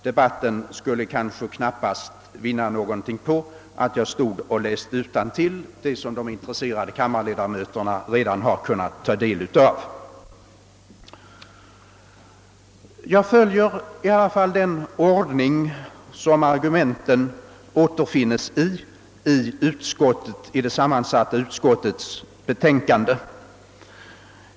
Debatten skulle knappast vinna någonting på att jag stod och läste upp det som de intresserade kammarledamöterna redan hunnit ta del av. Jag följer i alla fall den ordning i vilken argumenten återfinns i det sammansatta utskottets betänkande.